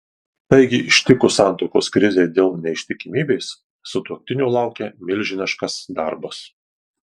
taigi ištikus santuokos krizei dėl neištikimybės sutuoktinių laukia milžiniškas darbas